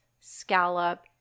scallop